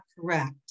correct